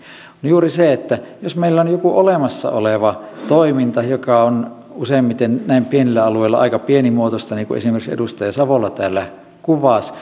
juuri siksi että jos meillä on joku olemassa oleva toiminta joka on useimmiten näin pienillä alueilla aika pienimuotoista niin kuin esimerkiksi edustaja savola täällä kuvasi